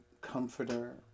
comforter